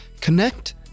connect